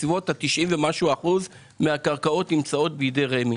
כ-90% ומשהו מהקרקעות נמצאות בידי רמ"י.